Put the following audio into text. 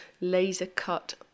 laser-cut